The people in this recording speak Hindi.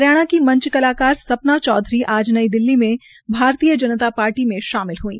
हरियाणा की मंच कलाकार सपना चौधरी आज नई दिल्ली में भारतीय जनता पार्टी में शामिल हई